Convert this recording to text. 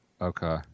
Okay